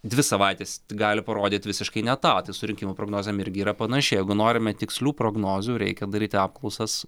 dvi savaitės gali parodyt visiškai ne tą va tai su rinkimų prognozėm irgi yra panašiai jeigu norime tikslių prognozių reikia daryti apklausas